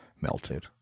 melted